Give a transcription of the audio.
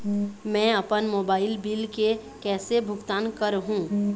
मैं अपन mobile bill के कैसे भुगतान कर हूं?